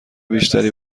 بیشتری